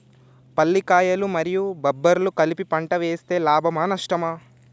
పల్లికాయలు మరియు బబ్బర్లు కలిపి పంట వేస్తే లాభమా? నష్టమా?